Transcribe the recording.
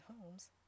homes